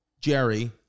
Jerry